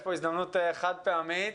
הזדמנות חד פעמית.